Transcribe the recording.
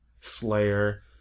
Slayer